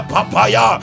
Papaya